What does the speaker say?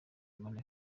muri